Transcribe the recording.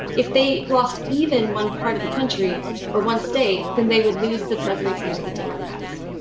if they lost even one part of the country or one state, then they would lose the presidency to the democrats.